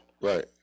right